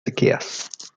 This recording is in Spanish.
sequías